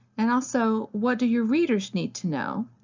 and also what do your readers need to know?